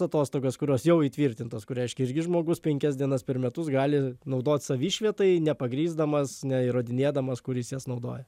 atostogas kurios jau įtvirtintos kur reiškia irgi žmogus penkias dienas per metus gali naudoti savišvietai nepagrįsdamas neįrodinėdamas kur jis jas naudoja